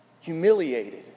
Humiliated